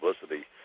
publicity